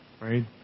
right